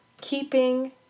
keeping